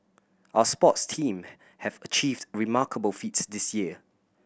our sports team have achieved remarkable feats this year